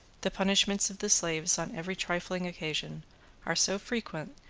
the punishments of the slaves on every trifling occasion are so frequent,